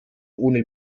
ohne